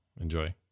enjoy